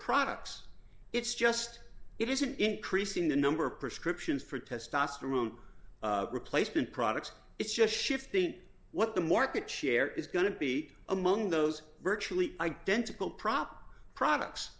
products it's just it isn't increasing the number of prescriptions for testosterone replacement products it's just shifting what the market share is going to be among those virtually identical prop products